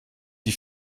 die